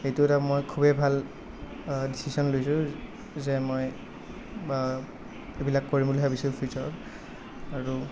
এটা মই খুবেই ভাল ডিচিছন লৈছোঁ যে মই বা এইবিলাক কৰিম বুলি ভাবিছোঁ ফিউচাৰত আৰু